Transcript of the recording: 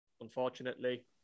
unfortunately